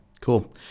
cool